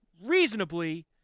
reasonably